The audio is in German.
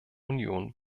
union